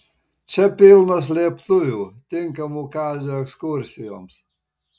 čia pilna slėptuvių tinkamų kazio ekskursijoms